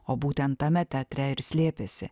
o būtent tame teatre ir slėpėsi